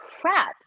crap